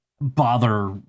bother